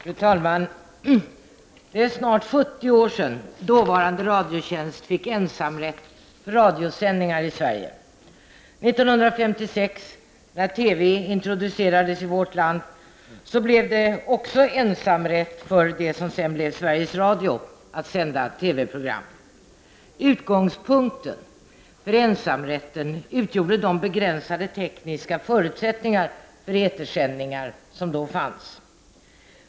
Fru talman! Det är snart 70 år sedan dåvarande Radiotjänst fick ensamrätt på radiosändningar i Sverige. År 1956, när TV introducerades i vårt land, gällde också ensamrätt för Sveriges Radio att sända TV-program. Utgångs punkten för ensamrätten utgjorde de begränsade tekniska förutsättningar för etersändningar som då fanns.